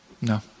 No